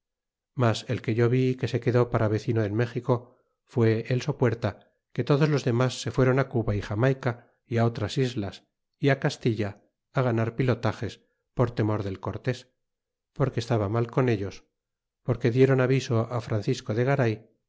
mas el que yo vi que se quedó para vecino en méxico lié el sopuerta que todos los demas se fueron cuba é jamaica é á otras islas é á castilla á ganar pilotajes por temor del cortés porque estaba mal con ellos porque diéron aviso á francisco de garay